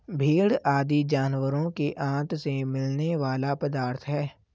भेंड़ आदि जानवरों के आँत से मिलने वाला पदार्थ है